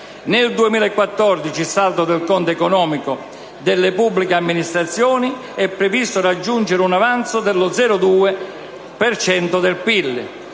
Nel 2014, il saldo del conto economico delle pubbliche amministrazioni è previsto raggiungere un avanzo dello 0,2 per